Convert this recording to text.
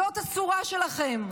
זאת הצורה שלכם.